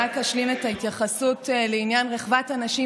אני רק אשלים את ההתייחסות לעניין רחבת הנשים